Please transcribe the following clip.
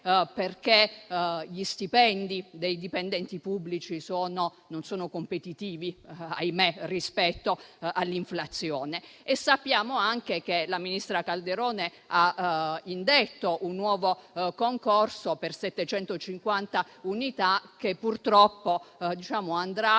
perché gli stipendi dei dipendenti pubblici, ahimè, non sono competitivi rispetto all'inflazione. Sappiamo anche che la ministra Calderone ha indetto un nuovo concorso per 750 unità che, se avrà